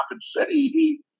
City